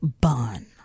bun